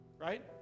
Right